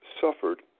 suffered